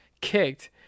kicked